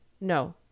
No